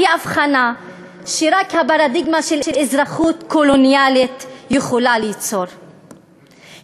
היא הבחנה שרק הפרדיגמה של אזרחות קולוניאלית יכולה ליצור,